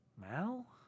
Mal